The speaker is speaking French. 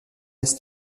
est